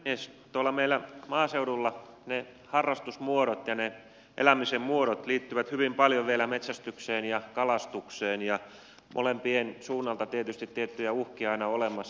tuolla meillä maaseudulla ne harrastusmuodot ja ne elämisen muodot liittyvät hyvin paljon vielä metsästykseen ja kalastukseen ja molempien suunnalta tietysti tiettyjä uhkia on aina olemassa